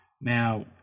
Now